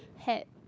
hat